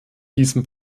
diesem